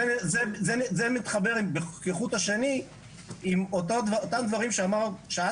זה מתחבר כחוט השני עם אותם דברים שאת